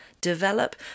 Develop